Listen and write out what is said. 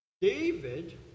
david